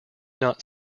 not